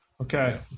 Okay